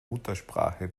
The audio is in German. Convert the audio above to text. muttersprache